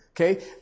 Okay